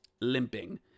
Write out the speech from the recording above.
limping